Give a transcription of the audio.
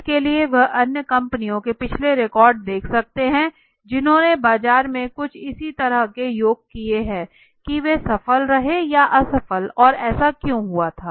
इसके लिए वह अन्य कंपनियों के पिछले रिकॉर्ड देख सकते हैं जिन्होंने बाजार में कुछ इसी तरह के योग किए हैं की वे सफल रहे या विफल और ऐसा क्यों हुआ था